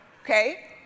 okay